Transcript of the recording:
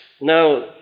Now